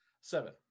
Seven